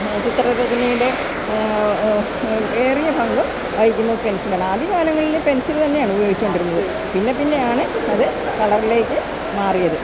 ചിത്രരചനയില് ഏറിയ പങ്കും വഹിക്കുന്നത് പെൻസിലാണ് ആദ്യ കാലങ്ങളില് പെൻസില് തന്നെയാണ് ഉപയോഗിച്ചുകൊണ്ടിരുന്നത് പിന്നെ പിന്നെയാണ് അത് കളറിലേക്ക് മാറിയത്